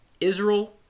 Israel